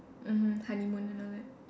mmhmm honeymoon and all that